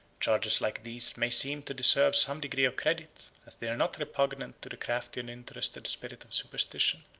charges like these may seem to deserve some degree of credit, as they are not repugnant to the crafty and interested spirit of superstition.